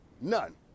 none